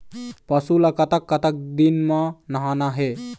पशु ला कतक कतक दिन म नहाना हे?